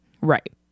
Right